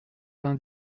vingt